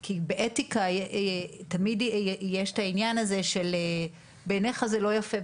כי באתיקה תמיד יש את העניין הזה של בעינייך זה לא יפה,